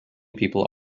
people